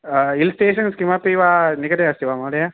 hill stations किमपि वा निकटे अस्ति वा महोदय